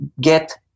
get